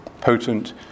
potent